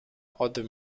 other